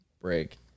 break